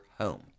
home